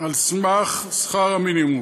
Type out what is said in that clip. על סמך שכר המינימום.